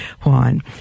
juan